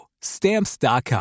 Stamps.com